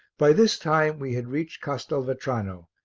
by this time we had reached castelvetrano,